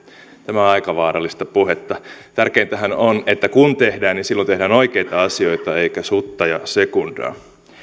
tämä on aika vaarallista puhetta tärkeintähän on että kun tehdään niin silloin tehdään oikeita asioita eikä sutta ja sekundaa